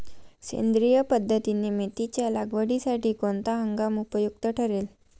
सेंद्रिय पद्धतीने मेथीच्या लागवडीसाठी कोणता हंगाम उपयुक्त ठरेल?